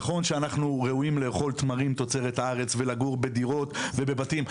נכון שאנחנו ראויים לאכול תמרים תוצרת הארץ ולגור בדירות ובבתים,